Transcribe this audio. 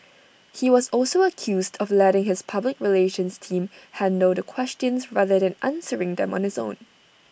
he was also accused of letting his public relations team handle the questions rather than answering them on his own